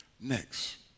next